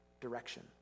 direction